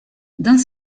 dans